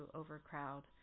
overcrowd